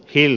hill